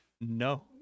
no